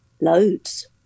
Loads